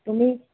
তুমি